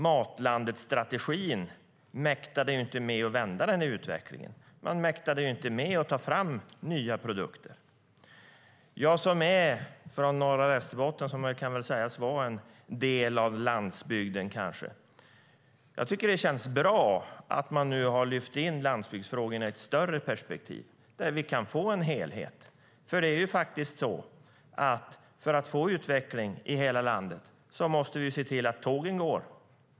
Matlandetstrategin mäktade inte med att vända den utvecklingen. Man mäktade inte med att ta fram nya produkter. Jag är från norra Västerbotten, som väl får sägas vara en del av landsbygden. Jag tycker att det känns bra att man nu har lyft in landsbygdsfrågorna i ett större perspektiv, där vi kan få en helhet. För att få utveckling i hela landet måste vi se till att tågen går.